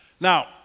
Now